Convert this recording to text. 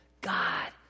God